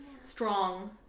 Strong